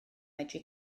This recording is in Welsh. medru